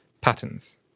patterns